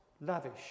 lavish